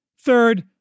Third